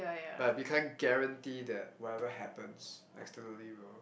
but we can't guarantee that whatever happens externally will